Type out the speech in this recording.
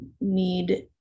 need